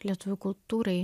lietuvių kultūrai